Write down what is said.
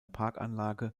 parkanlage